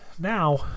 now